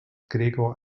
gregor